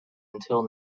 until